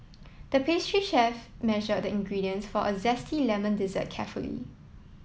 the pastry chef measured the ingredients for a zesty lemon dessert carefully